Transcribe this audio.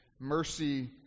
Mercy